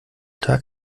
tag